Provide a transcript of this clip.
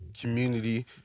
community